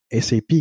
SAP